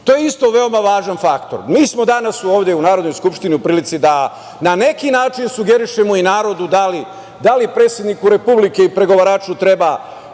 To je isto veoma važan faktor. Mi smo danas ovde u Narodnoj skupštini u prilici da na neki način sugerišemo i narodu, da li predsedniku Republike i pregovaraču hoćemo